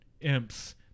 imps